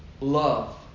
Love